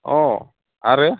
अ आरो